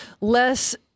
less